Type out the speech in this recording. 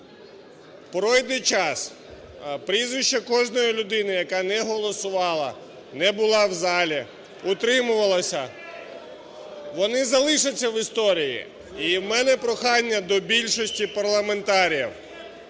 Пройде час, прізвище кожної людини, яка не голосувала, не була в залі, утримувалася, вони залишаться в історії. І в мене прохання до більшості парламентаріїв